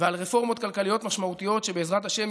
ועל רפורמות כלכליות משמעותיות שבעזרת השם,